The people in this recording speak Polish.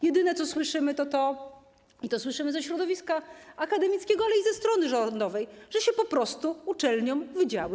Jedyne, co słyszymy, to to, co słyszymy ze środowiska akademickiego, ale i ze strony rządowej, że się po prostu zabierze uczelniom wydziały.